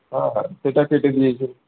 হ্যাঁ সেটা কেটে দিয়েছে